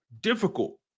difficult